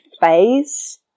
phase